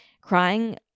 Crying